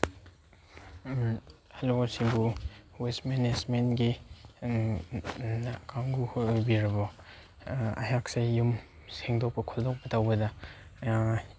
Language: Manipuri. ꯍꯜꯂꯣ ꯁꯤꯕꯨ ꯋꯦꯁ ꯃꯦꯅꯦꯁꯃꯦꯟꯒꯤ ꯀꯥꯡꯕꯨ ꯈꯣꯏ ꯑꯣꯏꯕꯤꯔꯕꯣ ꯑꯩꯍꯥꯛꯁꯤ ꯌꯨꯝ ꯁꯦꯡꯗꯣꯛꯄ ꯈꯣꯠꯇꯣꯛꯄ ꯇꯧꯕꯗ